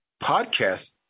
podcast